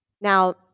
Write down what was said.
Now